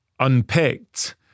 Unpicked